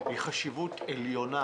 היא חשיבות עליונה,